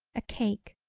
a cake,